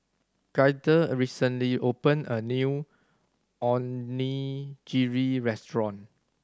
Gaither recently opened a new Onigiri Restaurant